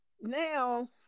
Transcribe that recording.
now